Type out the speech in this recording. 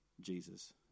Jesus